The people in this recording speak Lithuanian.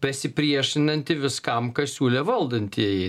besipriešinanti viskam ką siūlė valdantieji